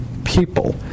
People